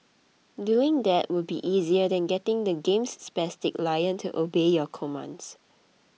doing that would be easier than getting the game's spastic lion to obey your commands